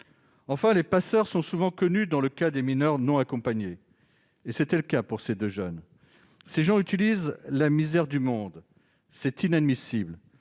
Enfin, les passeurs sont souvent connus dans le cas des mineurs non accompagnés ; c'était le cas pour ces deux jeunes. Ces gens utilisent la misère du monde. C'est inadmissible